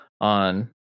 on